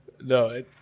No